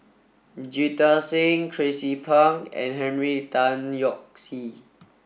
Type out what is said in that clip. Jita Singh Tracie Pang and Henry Tan Yoke See